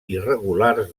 irregulars